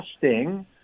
testing